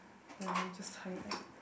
never mind just tie it back